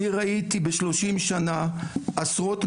אני ראיתי ב-30 שנה עשרות,